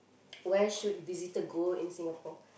where should visitor go in Singapore